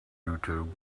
youtube